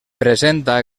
presenta